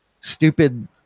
stupid